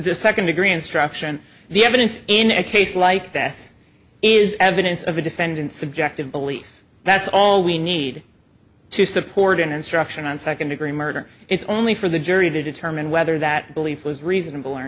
to second degree instruction the evidence in a case like this is evidence of the defendant subjective belief that's all we need to support an instruction on second degree murder it's only for the jury to determine whether that belief was reasonable or